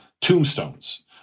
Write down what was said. tombstones